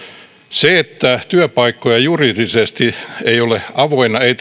se että työpaikkoja juridisesti ei ole avoinna ei